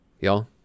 Y'all